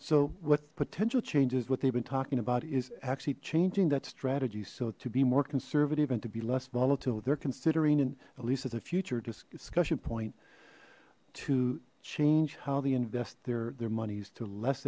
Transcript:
so what potential change is what they've been talking about is actually changing that strategy so to be more conservative and to be less volatile they're considering and lisa the future just point to change how they invest their their monies to less